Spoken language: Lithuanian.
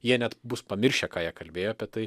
jie net bus pamiršę ką jie kalbėjo apie tai